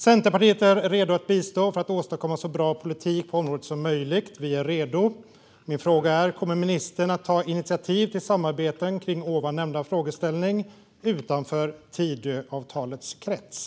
Centerpartiet är redo att bistå för att åstadkomma så bra politik som möjligt på området. Vi är redo. Min fråga är: Kommer ministern att ta initiativ till samarbeten kring ovan nämnda frågeställning utanför Tidöavtalets krets?